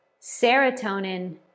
serotonin